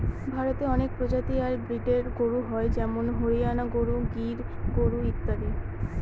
ভারতে অনেক প্রজাতি আর ব্রিডের গরু হয় যেমন হরিয়ানা গরু, গির গরু ইত্যাদি